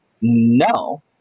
no